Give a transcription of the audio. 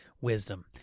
Wisdom